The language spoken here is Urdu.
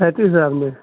پینتیس ہزار میں